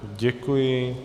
Děkuji.